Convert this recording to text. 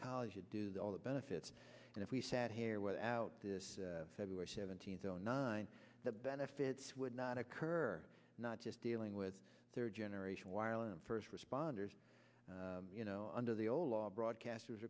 college to do that all the benefits and if we sat here without this february seventeenth zero nine the benefits would not occur not just dealing with third generation wireless first responders you know under the old law broadcasters